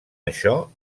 això